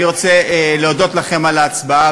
אני רוצה להודות לכם על ההצבעה,